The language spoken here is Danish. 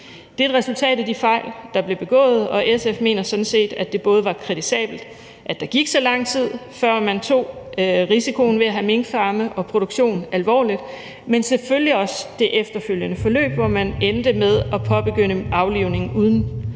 Det er et resultat af de fejl, der er blevet begået, og SF mener sådan set, at det både var kritisabelt, at der gik så lang tid, før man tog risikoen ved at have minkfarme og -produktion alvorligt, men det gælder selvfølgelig også det efterfølgende forløb, hvor man endte med at påbegynde aflivning uden